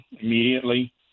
immediately